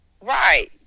Right